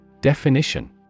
Definition